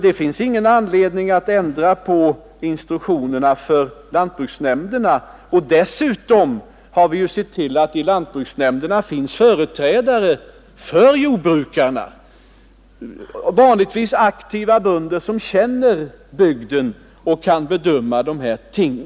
Det finns därför ingen anledning att ändra instruktionerna för lantbruksnämnderna. Dessutom har vi sett till att det i lantbruksnämnderna finns företrädare för jordbrukarna, vanligtvis aktiva bönder som känner bygden och kan bedöma dessa ting.